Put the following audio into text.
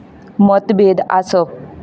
मतभेद आसप